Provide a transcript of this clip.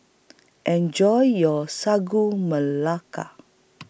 Enjoy your Sagu Melaka